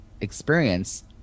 experience